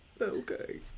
Okay